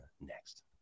next